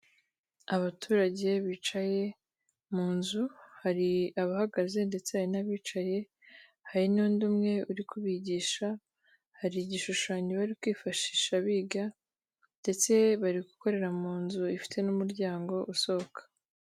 Abaturage bicaye mu nzu hari abahagaze ndetse hari n'abicaye hari n'undi umwe uri kubigisha, hari igishushanyo bari kwifashisha biga ndetse bari gukorera mu nzu ifite n'umuryango usohoka.